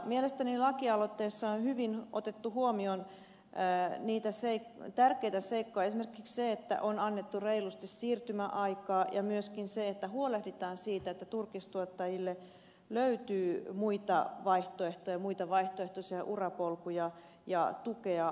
mielestäni lakialoitteessa on hyvin otettu huomioon tärkeitä seikkoja esimerkiksi se että on annettu reilusti siirtymäaikaa ja myöskin se että huolehditaan siitä että turkistuottajille löytyy muita vaihtoehtoisia urapolkuja ja tukea ammatin vaihtoon